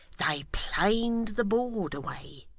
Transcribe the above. they planed the board away,